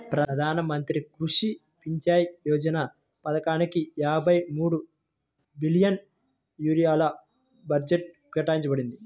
ప్రధాన మంత్రి కృషి సించాయ్ యోజన పథకానిక యాభై మూడు బిలియన్ యూరోల బడ్జెట్ కేటాయించబడింది